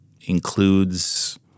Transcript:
includes